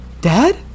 Dad